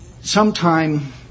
sometime